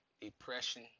depression